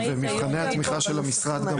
ובמבחני התמיכה של המשרד.